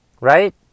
Right